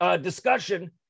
discussion